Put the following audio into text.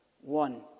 One